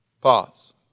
Pause